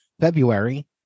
February